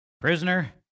Prisoner